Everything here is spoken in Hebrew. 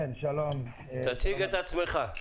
גזלה, תציג את עצמך.